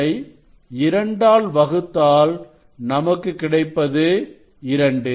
இதை இரண்டால் வகுத்தால் நமக்கு கிடைப்பது 2